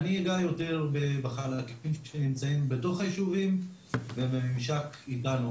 אני אגע יותר ב -- שנמצאים בתוך היישובים ובממשק איתנו,